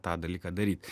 tą dalyką daryt